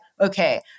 okay